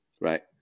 Right